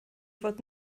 fod